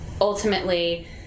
ultimately